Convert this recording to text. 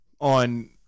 on